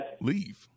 leave